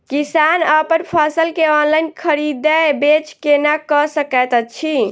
किसान अप्पन फसल केँ ऑनलाइन खरीदै बेच केना कऽ सकैत अछि?